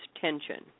tension